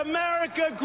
America